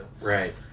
Right